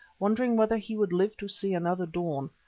wondering whether he would live to see another dawn,